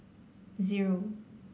zero